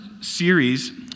series